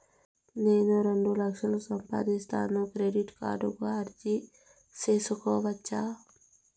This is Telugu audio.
నేను రెండు లక్షలు సంపాదిస్తాను, క్రెడిట్ కార్డుకు అర్జీ సేసుకోవచ్చా?